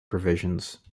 provisions